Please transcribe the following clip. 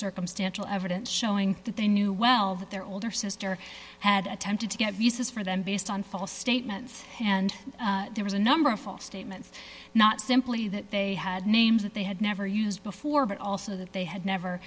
circumstantial evidence showing that they knew well that their older sister had attempted to get visas for them based on false statements and there was a number of false statements not simply that they had names that they had never used before but also that they had never